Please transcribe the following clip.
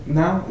now